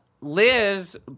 Liz